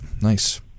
Nice